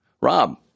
Rob